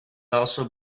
also